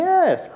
Yes